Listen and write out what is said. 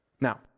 Now